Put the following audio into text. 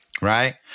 right